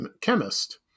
chemist